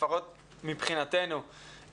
לפחות מבחינתנו,